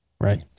right